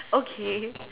okay